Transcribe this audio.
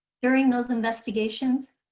during those investigations.